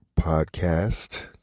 podcast